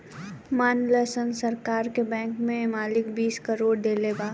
मानल सन सरकार के बैंक के मालिक बीस करोड़ देले बा